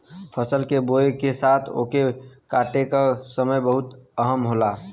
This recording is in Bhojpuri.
फसल के बोए के साथ ओके काटे का समय बहुते अहम होला